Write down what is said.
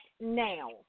now